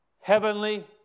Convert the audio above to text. heavenly